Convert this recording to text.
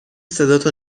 صداتو